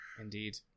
Indeed